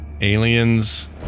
Aliens